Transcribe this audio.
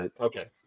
Okay